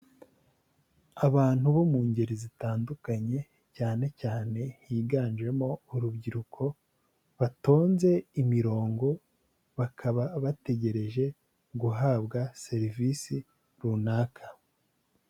Abantu bo mu ngeri zitandukanye cyane cyane higanjemo urubyiruko batonze imirongo bakaba bategereje guhabwa serivisi runaka.